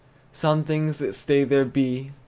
some things that stay there be,